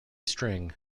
string